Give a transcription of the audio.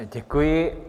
Děkuji.